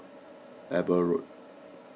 Eber Road